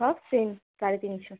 সব সেম সাড়ে তিনশো